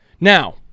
Now